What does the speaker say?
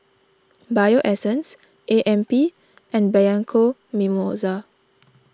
Bio Essence A M P and Bianco Mimosa